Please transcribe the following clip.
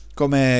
come